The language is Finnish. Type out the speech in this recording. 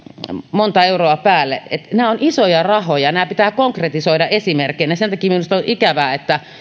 monta euroa päälle nämä ovat isoja rahoja nämä pitää konkretisoida esimerkein ja sen takia minusta on ikävää että